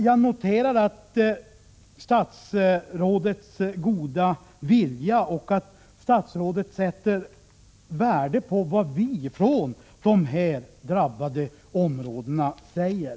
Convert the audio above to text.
Jag noterar statsrådets goda vilja och att statsrådet sätter värde på vad vi som bor inom de drabbade områdena säger.